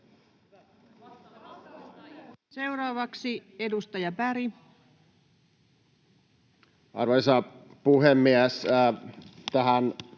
Seuraavaksi edustaja Berg. Arvoisa puhemies! Tähän